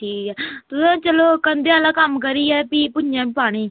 ठीक ऐ तुसें चलो कंधै आह्ला कम्म करियै भी भुञैं बी पानी